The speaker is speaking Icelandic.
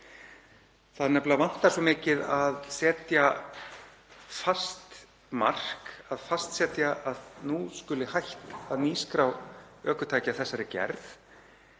Það nefnilega vantar svo mikið að setja fast mark, að fastsetja að nú skuli hætt að nýskrá ökutæki af þessari gerð,